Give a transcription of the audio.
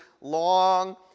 long